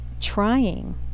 trying